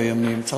בימים הקרובים.